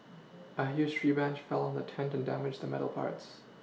a huge tree branch fell on the tent and damaged the metal parts